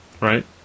Right